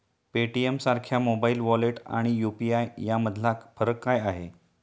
पेटीएमसारख्या mobile wallet आणि UPI यामधला फरक काय आहे?